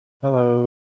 Hello